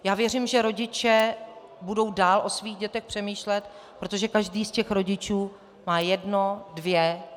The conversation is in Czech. Já věřím, že rodiče budou dál o svých dětech přemýšlet, protože každý z těch rodičů má jedno, dvě.